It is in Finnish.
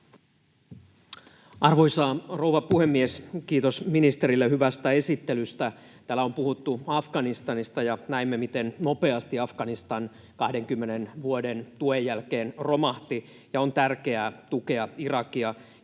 Arvoisa rouva puhemies! Kiitos ministerille hyvästä esittelystä. Täällä on puhuttu Afganistanista. Näimme, miten nopeasti Afganistan 20 vuoden tuen jälkeen romahti, ja on tärkeää tukea Irakia